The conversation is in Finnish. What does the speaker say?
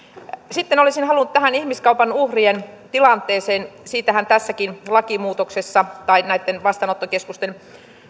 sitten olisin halunnut ottaa esille ihmiskaupan uhrien tilanteen siitähän on tässäkin lakimuutoksessa tai näitten vastaanottokeskusten